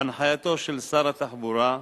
בהנחייתו של שר התחבורה,